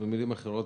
במילים אחרות,